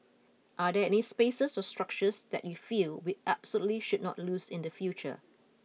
are there any spaces or structures that you feel we absolutely should not lose in the future